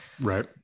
Right